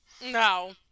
No